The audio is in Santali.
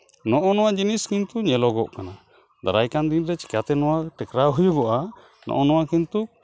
ᱱᱚᱜᱼᱚ ᱱᱚᱣᱟ ᱡᱤᱱᱤᱥ ᱠᱤᱱᱛᱩ ᱧᱮᱞᱚᱜᱚᱜ ᱠᱟᱱᱟ ᱫᱟᱨᱟᱭ ᱠᱟᱱ ᱫᱤᱱ ᱨᱮ ᱪᱮᱠᱟᱛᱮ ᱱᱚᱣᱟ ᱴᱮᱠᱟᱣ ᱦᱩᱭᱩᱜᱚᱜᱼᱟ ᱱᱚᱜᱼᱚ ᱱᱚᱣᱟ ᱠᱤᱱᱛᱩ